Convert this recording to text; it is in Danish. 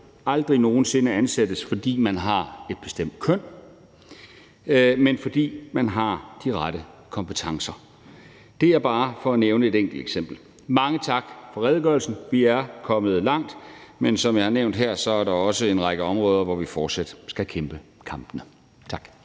aldrig nogen sinde ansættes, fordi man har et bestemt køn, men fordi man har de rette kompetencer. Det er bare for at nævne et enkelt eksempel. Mange tak for redegørelsen. Vi er kommet langt, men som jeg har nævnt her, er der også en række områder, hvor vi fortsat skal kæmpe kampene. Tak.